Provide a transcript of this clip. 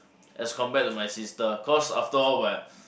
as compared to my sister cause after all we're